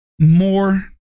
more